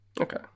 Okay